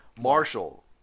Marshall